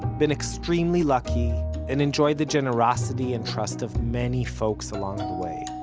been extremely lucky and enjoyed the generosity and trust of many folks along the way.